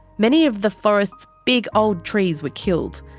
many of the forest's big old trees were killed,